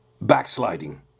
backsliding